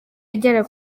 agera